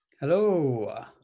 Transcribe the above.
Hello